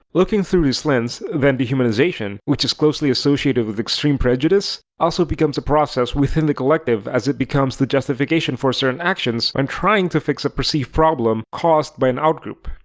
looking through this lens, then dehumanization, which is closely associated with extreme prejudice, also becomes a process within the collective as it becomes the justification for certain actions when um trying to fix a perceived problem caused by an outgroup.